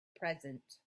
present